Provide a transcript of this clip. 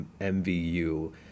MVU